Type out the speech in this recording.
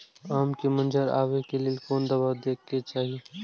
आम के मंजर आबे के लेल कोन दवा दे के चाही?